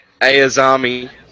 Ayazami